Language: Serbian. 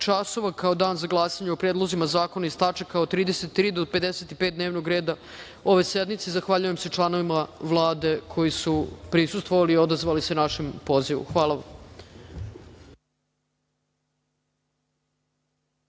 časova, kao dan za glasanje o predlozima zakona iz tačaka od 33. do 55. dnevnog reda ove sednice. Zahvaljujem se članovima Vlade koji su prisustvovali i odazvali se našem pozivu. Hvala